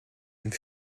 and